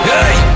Hey